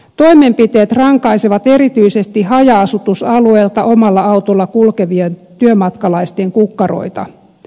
toimenpiteet rankaisevat erityisesti haja asutusalueilta omalla autolla kulkevien työmatkalaisten kukkaroita